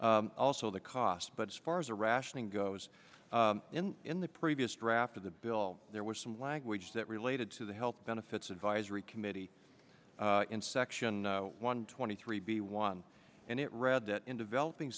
also the cost but spars are rationing goes in in the previous draft of the bill there was some language that related to the health benefits advisory committee in section one twenty three b one and it read that in developing